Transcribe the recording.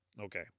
Okay